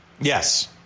Yes